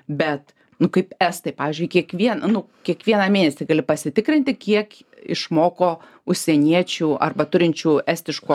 bet nu kaip estai pavyzdžiui kiekvieną nu kiekvieną mėnesį gali pasitikrinti kiek išmoko užsieniečių arba turinčių estiško